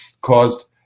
caused